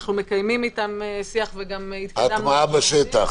אנחנו מקיימים איתם שיח וגם התקדמנו --- ההטמעה בשטח.